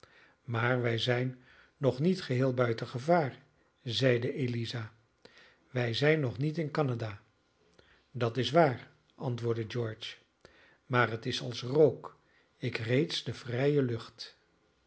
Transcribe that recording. maar wij zijn nog niet geheel buiten gevaar zeide eliza wij zijn nog niet in canada dat is waar antwoordde george maar het is als rook ik reeds de vrije lucht